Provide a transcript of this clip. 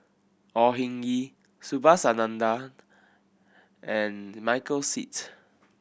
Au Hing Yee Subhas Anandan and Michael Seet